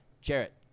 Jarrett